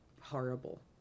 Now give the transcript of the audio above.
horrible